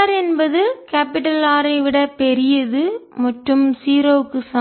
r என்பது capital R ஐ விட பெரியது மற்றும் 0 க்கு சமம்